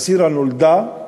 "מסירה" נולדה,